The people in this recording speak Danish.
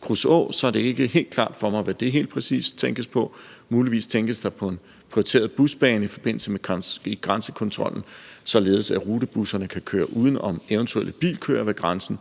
Kruså, er det ikke helt klart for mig, hvad der helt præcist tænkes på. Muligvis tænkes der på en prioriteret busbane i forbindelse med grænsekontrollen, således at rutebusserne kan køre uden om eventuelle bilkøer ved grænsen.